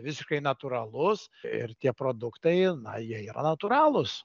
visiškai natūralus ir tie produktai na jie yra natūralūs